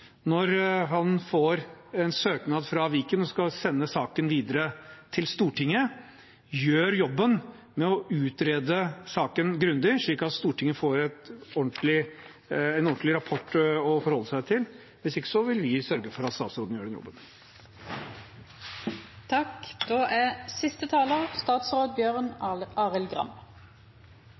når han får en søknad fra Viken og skal sende saken videre til Stortinget, gjør jobben med å utrede saken grundig, slik at Stortinget får en ordentlig rapport å forholde seg til. Hvis ikke vil vi sørge for at statsråden gjør den jobben.